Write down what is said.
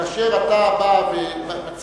כאשר אתה בא ומציע,